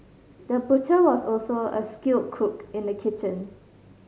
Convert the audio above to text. the butcher was also a skilled cook in the kitchen